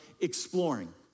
exploring